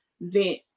vent